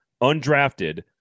undrafted